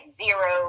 zero